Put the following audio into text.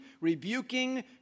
rebuking